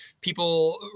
People